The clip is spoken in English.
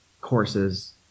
courses